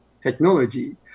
technology